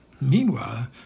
Meanwhile